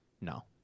No